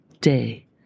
day